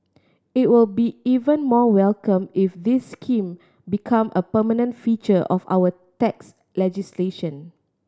it will be even more welcome if this scheme become a permanent feature of our tax legislation